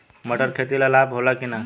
मटर के खेती से लाभ होला कि न?